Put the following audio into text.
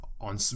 on